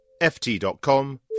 ft.com